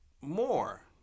more